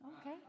okay